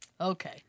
okay